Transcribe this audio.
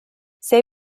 say